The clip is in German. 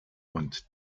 und